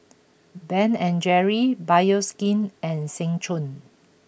Ben and Jerry's Bioskin and Seng Choon